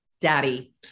daddy